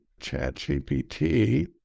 ChatGPT